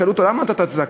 שאלו אותו: למה לא נתת צדקה?